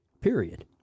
period